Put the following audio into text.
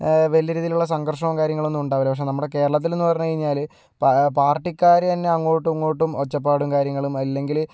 വലിയ രീതിയിലുള്ള സംഘർഷവും കാര്യങ്ങളൊന്നും ഉണ്ടാവില്ല പക്ഷേ നമ്മുടെ കേരളത്തിൽ എന്ന് പറഞ്ഞു കഴിഞ്ഞാൽ പാർട്ടിക്കാർ തന്നെ അങ്ങോട്ടും ഇങ്ങോട്ടും ഒച്ചപ്പാടും കാര്യങ്ങളും അല്ലെങ്കിൽ